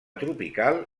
tropical